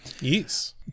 Yes